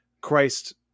Christ